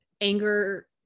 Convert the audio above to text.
anger